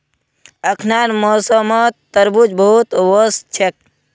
अखनार मौसमत तरबूज बहुत वोस छेक